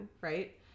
right